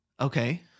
Okay